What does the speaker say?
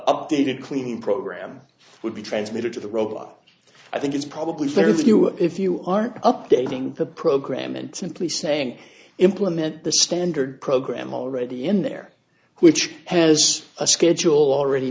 updated clean program would be transmitted to the robot i think it's probably fair that you if you are updating the program and simply saying implement the standard program already in there which has a schedule already